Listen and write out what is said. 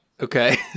okay